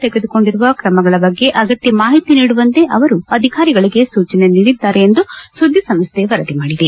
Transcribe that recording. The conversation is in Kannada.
ತೆಗೆದುಕೊಂಡಿರುವ ಕ್ರಮಗಳ ಬಗ್ಗೆ ಅಗತ್ಯ ಮಾಹಿತಿ ನೀಡುವಂತೆ ಅವರು ಅಧಿಕಾರಿಗಳಿಗೆ ಸೂಚನೆ ನೀಡಿದ್ದಾರೆ ಎಂದು ಸುದ್ದಿಸಂಶೈ ವರದಿ ಮಾಡಿದೆ